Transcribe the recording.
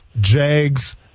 Jags